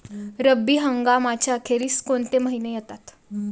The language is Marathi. रब्बी हंगामाच्या अखेरीस कोणते महिने येतात?